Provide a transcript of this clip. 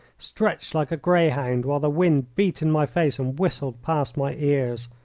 stretched like a greyhound, while the wind beat in my face and whistled past my ears.